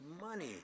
money